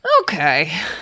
Okay